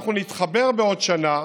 אנחנו נתחבר בעוד שנה,